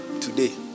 today